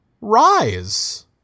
rise